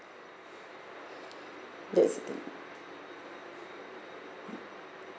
that's the thing